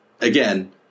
again